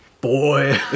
boy